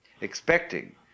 expecting